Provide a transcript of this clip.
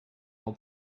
all